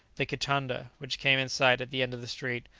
the kitanda, which came in sight at the end of the street,